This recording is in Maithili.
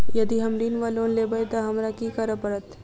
यदि हम ऋण वा लोन लेबै तऽ हमरा की करऽ पड़त?